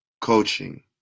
coaching